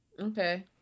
Okay